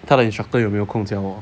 她的 instructor 有没有空教我